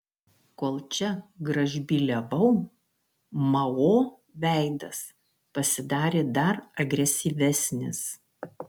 kol čia gražbyliavau mao veidas pasidarė dar agresyvesnis